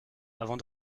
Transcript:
avant